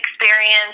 experience